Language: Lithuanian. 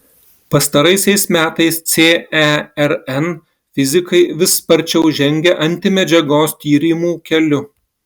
pastaraisiais metais cern fizikai vis sparčiau žengia antimedžiagos tyrimų keliu